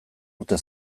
urte